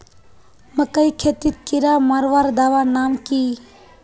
मकई खेतीत कीड़ा मारवार दवा नाम की?